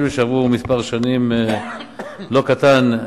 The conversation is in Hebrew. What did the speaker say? אפילו שעבר מספר שנים לא קטן,